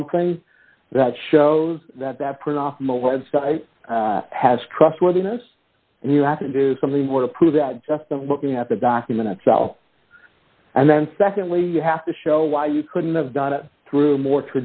something that shows that that print off most web site has trustworthiness and you have to do something or to prove that just looking at the document itself and then secondly you have to show why you couldn't have done it through more